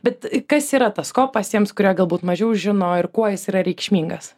bet kas yra tas kopas tiems kurie galbūt mažiau žino ir kuo jis yra reikšmingas